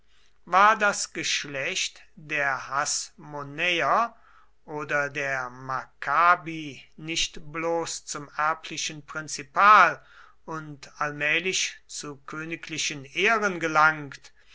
war das geschlecht der hasmonäer oder der makkabi nicht bloß zum erblichen prinzipal und allmählich zu königlichen ehren gelangt